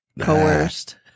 coerced